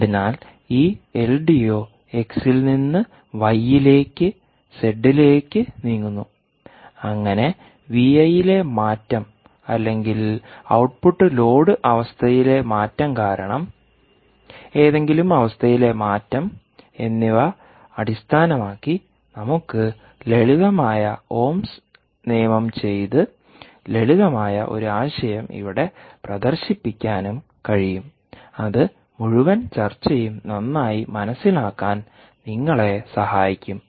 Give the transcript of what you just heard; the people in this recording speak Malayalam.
അതിനാൽ ഈ എൽഡിഒ എക്സിൽ x ൽ നിന്ന് y വൈയിലേക്ക് z സെഡിലേക്ക് നീങ്ങുന്നു അങ്ങനെ വി ഐ യിലെ മാറ്റം അല്ലെങ്കിൽ ഔട്ട്പുട്ട് ലോഡ് അവസ്ഥയിലെ മാറ്റം കാരണം ഏതെങ്കിലും അവസ്ഥയിലെ മാറ്റം എന്നിവ അടിസ്ഥാനമാക്കി നമുക്ക് ലളിതമായ ഓംസ് നിയമം ചെയ്ത് ലളിതമായ ഒരു ആശയം ഇവിടെ പ്രദർശിപ്പിക്കാനും കഴിയും അത് മുഴുവൻ ചർച്ചയും നന്നായി മനസ്സിലാക്കാൻ നിങ്ങളെ സഹായിക്കും